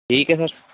ठीक है सर